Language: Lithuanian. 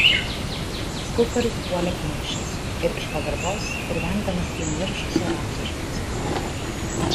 skulptorius puolė kniūbsčias ir iš pagarbos ir vengdamas įniršusio ramzio žvilgsnio